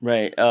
Right